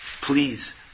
please